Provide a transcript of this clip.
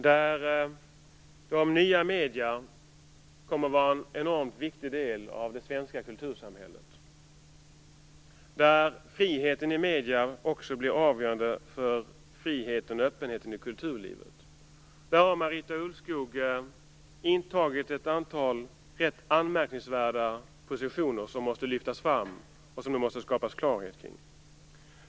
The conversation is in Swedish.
De nya medierna kommer att vara en enormt viktig del av det svenska kultursamhället. Friheten i medierna blir också avgörande för friheten och öppenheten i kulturlivet. Där har Marita Ulvskog intagit ett antal rätt anmärkningsvärda positioner som måste lyftas fram och som det måste skapas klarhet kring.